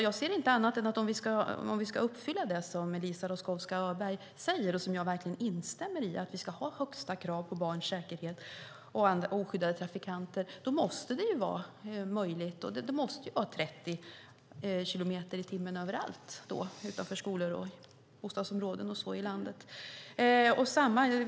Jag ser inte annat än att om vi ska uppfylla det som Eliza Roszkowska Öberg säger och som jag verkligen instämmer i - att vi ska ha högsta krav för säkerheten för barn och oskyddade trafikanter - då måste det vara möjligt. Det måste vara 30 kilometer i timmen överallt då, utanför skolor och i bostadsområdena ute i landet.